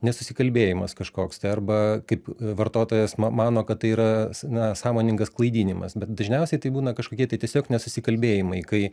nesusikalbėjimas kažkoks tai arba kaip vartotojas ma mano kad tai yra na sąmoningas klaidinimas bet dažniausiai tai būna kažkokie tai tiesiog nesusikalbėjimai kai